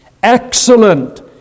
excellent